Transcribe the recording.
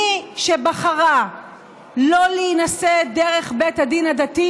מי שבחרה לא להינשא דרך בית הדין הדתי